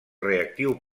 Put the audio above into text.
reactiu